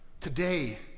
Today